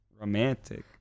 romantic